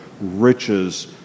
riches